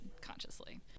consciously